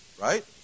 Right